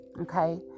Okay